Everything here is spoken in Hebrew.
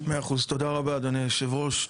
מאה אחוז, תודה רבה, אדוני יושב הראש.